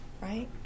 right